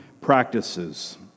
practices